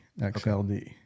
XLD